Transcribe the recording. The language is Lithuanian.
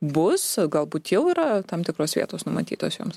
bus galbūt jau yra tam tikros vietos numatytos jums